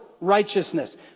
righteousness